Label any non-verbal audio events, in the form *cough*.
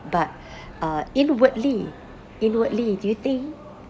but *breath* uh inwardly inwardly do you think